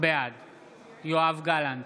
בעד יואב גלנט,